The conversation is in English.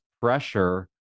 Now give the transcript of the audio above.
pressure